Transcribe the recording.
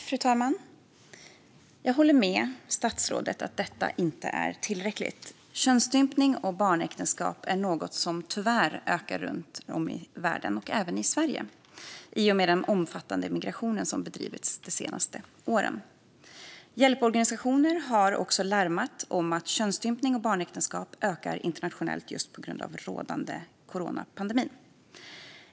Fru talman! Jag håller med statsrådet om att detta inte är tillräckligt. Könsstympning och barnäktenskap är något som tyvärr ökar runt om i världen och även i Sverige i och med den omfattande migration som bedrivits de senaste åren. Hjälporganisationer har också larmat om att könsstympning och barnäktenskap ökar internationellt på grund av den rådande coronapandemin.